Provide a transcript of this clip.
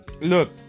Look